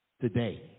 today